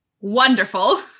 wonderful